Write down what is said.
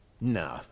No